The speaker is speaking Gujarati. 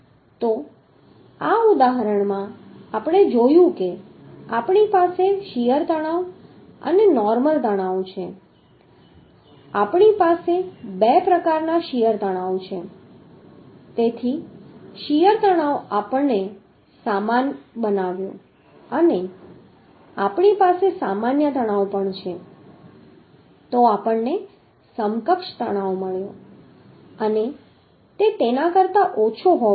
તો આ ઉદાહરણમાં આપણે જોયું કે આપણી પાસે શીયર તણાવ અને નોર્મલ તણાવ છે આપણી પાસે બે પ્રકારના શીયર તણાવ છે તેથી શીયર તણાવ આપણે સમાન બનાવ્યો અને આપણી પાસે સામાન્ય તણાવ પણ છે તો આપણને સમકક્ષ તણાવ મળ્યો અને તે તેના કરતા ઓછો હોવો જોઈએ